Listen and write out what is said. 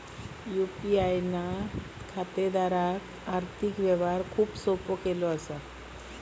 UPI ना खातेदारांक आर्थिक व्यवहार खूप सोपो केलो असा